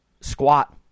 squat